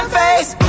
face